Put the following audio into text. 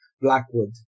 Blackwood